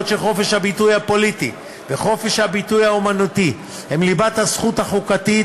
בעוד חופש הביטוי הפוליטי וחופש הביטוי האמנותי הם ליבת הזכות החוקתית,